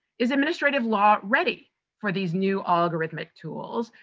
is administrative law ready for these new algorithmic tools?